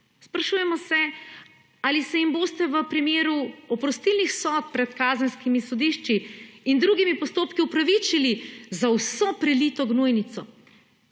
Sprašujemo se, ali se jim boste v primeru oprostilnih sodb pred kazenskimi sodišči in drugimi postopki opravičili za vso prelito gnojnico.